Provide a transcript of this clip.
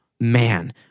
Man